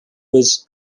was